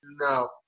no